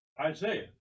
Isaiah